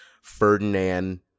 Ferdinand